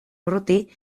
urruti